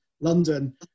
London